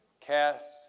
casts